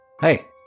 Hey